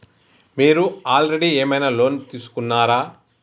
మీరు ఆల్రెడీ ఏమైనా లోన్ తీసుకున్నారా?